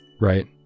right